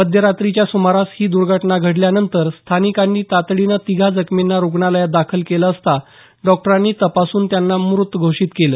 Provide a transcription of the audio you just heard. मध्यरात्रीच्या सुमारास ही दर्घटना घडल्यानंतर स्थानिकांनी तातडीनं तिघा जखमींना रुग्णालयात दाखल केलं असता डॉक्टरांनी तपासून त्यांना मृत घोषीत केलं